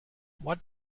what